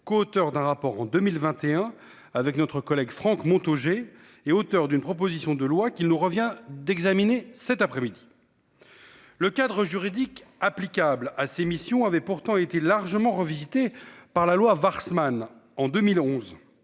coauteur d'un rapport en 2021 avec notre collègue Franck Montaugé et auteur d'une proposition de loi qu'il nous revient d'examiner cet après-midi. Le cadre juridique applicable à ces missions avaient pourtant été largement revisité par la loi Warsmann en 2011.